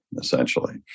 essentially